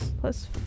plus